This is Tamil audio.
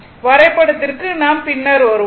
வரைபடத்திற்கு நாம் பின்னர் வருவோம்